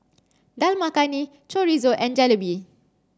Dal Makhani Chorizo and Jalebi